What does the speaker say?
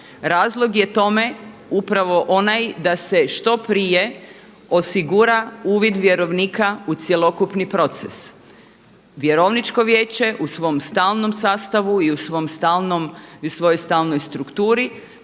Razlog je tome upravo onaj da se što prije osigura uvid vjerovnika u cjelokupni proces. Vjerovničko vijeće u svom stalnom sastavu i u svojoj stalnoj strukturi